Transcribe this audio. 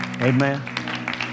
Amen